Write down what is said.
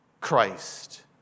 Christ